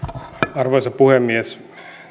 arvoisa puhemies